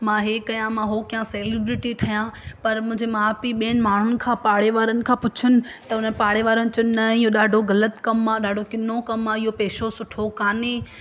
मां हे कयां मां हो कयां सेलिब्रिटी ठवां पर मुंहिंजे माउ पीउ ॿियनि माण्हुनि खां पाड़े वारनि खां पुछियो त उन्हनि पाड़े वारनि चयुनि न इहो ॾाढो ग़लतु कमु आहे ॾाढो किनो कमु आहे इहो पेशो सुठो कान्हे